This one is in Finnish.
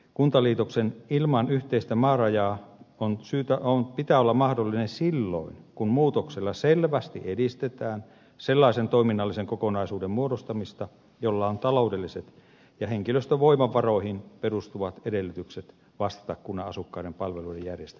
kuntaliitoksen ilman yhteistä maarajaa pitää olla mahdollinen silloin kun muutoksella selvästi edistetään sellaisen toiminnallisen kokonaisuuden muodostamista jolla on taloudelliset ja henkilöstövoimavaroihin perustuvat edellytykset vastata kunnan asukkaiden palvelujen järjestämisestä ja rahoituksesta